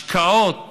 השקעות